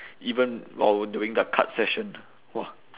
even while we're doing the card session !wah!